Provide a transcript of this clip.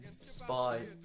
Spy